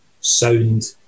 sound